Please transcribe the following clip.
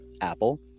Apple